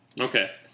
okay